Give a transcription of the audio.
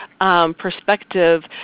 perspective